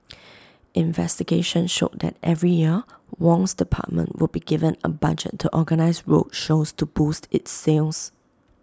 investigation showed that every year Wong's department would be given A budget to organise road shows to boost its sales